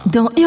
Dans